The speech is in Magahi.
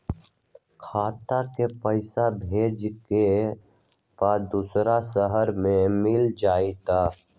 खाता के पईसा भेजेए के बा दुसर शहर में मिल जाए त?